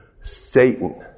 Satan